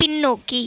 பின்னோக்கி